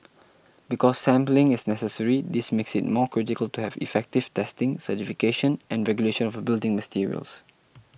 because sampling is necessary this makes it more critical to have effective testing certification and regulation of building materials